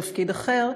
תפקיד אחר,